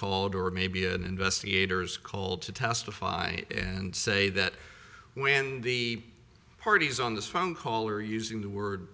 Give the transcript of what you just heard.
called or maybe an investigator's call to testify and say that when the parties on this phone call are using the word